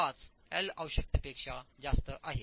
5 L आवश्यकतेपेक्षा जास्त आहेत